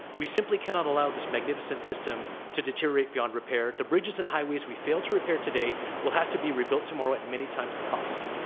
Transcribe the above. we simply cannot allow this magnificent system to deteriorate beyond repair. the bridges and haze we fail to repair today will have to be rebuilt tomorrow at many times the cost.